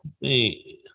Hey